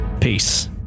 Peace